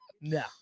No